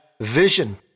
vision